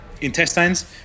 intestines